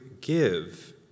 give